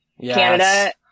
Canada –